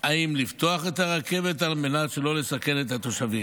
אם לפתוח את הרכבת, על מנת שלא לסכן את התושבים.